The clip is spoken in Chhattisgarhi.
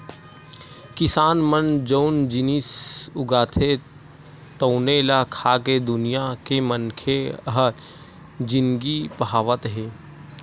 किसान मन जउन जिनिस उगाथे तउने ल खाके दुनिया के मनखे ह जिनगी पहावत हे